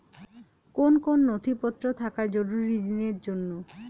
কোন কোন নথিপত্র থাকা জরুরি ঋণের জন্য?